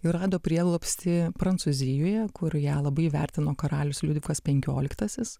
ir rado prieglobstį prancūzijoje kur ją labai įvertino karalius liudvikas penkioliktasis